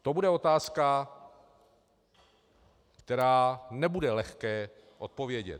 To bude otázka, kterou nebude lehké zodpovědět.